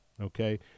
okay